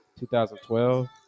2012